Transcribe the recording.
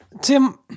Tim